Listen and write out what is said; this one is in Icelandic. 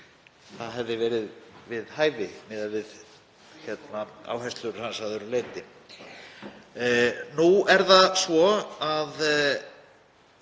Það hefði verið við hæfi miðað við áherslur hans að öðru leyti. Nú er það svo að